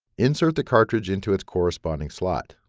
insert the cartridge into its corresponding slot.